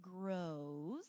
grows